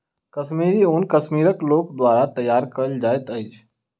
कश्मीरी ऊन कश्मीरक लोक द्वारा तैयार कयल जाइत अछि